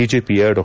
ಬಿಜೆಪಿಯ ಡಾ